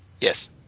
Yes